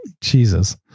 Jesus